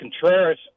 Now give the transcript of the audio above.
Contreras